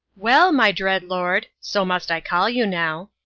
well, my dread lord so must i call you now.